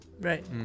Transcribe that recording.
Right